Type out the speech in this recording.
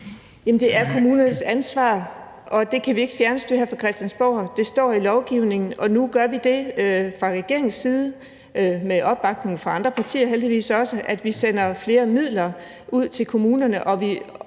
det er kommunernes ansvar, og det kan vi ikke fjernstyre her fra Christiansborg. Det står i lovgivningen, og nu gør vi fra regeringens side det – med opbakning fra andre partier også heldigvis – at vi sender flere midler ud til kommunerne, og vi